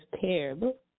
terrible